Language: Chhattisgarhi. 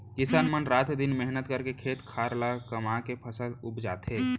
किसान मन रात दिन मेहनत करके खेत खार ल कमाके फसल उपजाथें